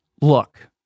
look